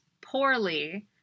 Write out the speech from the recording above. poorly